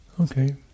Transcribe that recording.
Okay